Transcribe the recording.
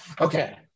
Okay